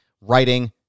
writing